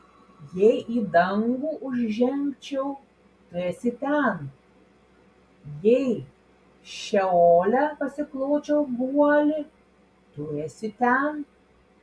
jei į dangų užžengčiau tu esi ten jei šeole pasikločiau guolį tu esi ten